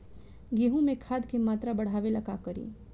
गेहूं में खाद के मात्रा बढ़ावेला का करी?